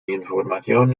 información